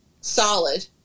solid